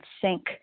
sink